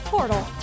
Portal